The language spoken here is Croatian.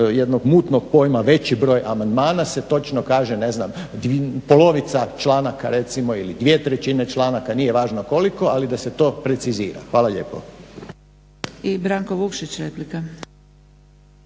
jednog mutnog pojma veći broj amandmana se točno kaže ne znam polovica članaka recimo ili dvije trećine članaka nije važno koliko ali da se to precizira. Hvala lijepo.